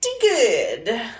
good